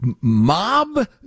mob